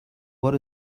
what